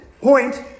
Point